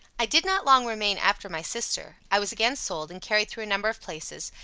i did not long remain after my sister. i was again sold, and carried through a number of places,